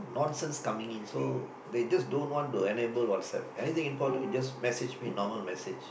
nonsense coming in so they just don't want to enable WhatsApp up anything important you just message me normal message